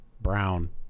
Brown